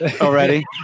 already